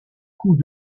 coup